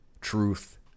Truth